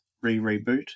re-reboot